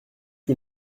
que